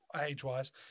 age-wise